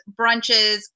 brunches